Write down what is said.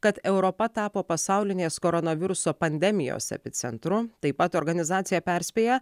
kad europa tapo pasaulinės koronaviruso pandemijos epicentru taip pat organizacija perspėja